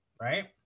right